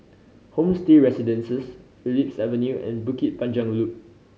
Homestay Residences Phillips Avenue and Bukit Panjang Loop